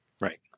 Right